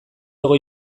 hogei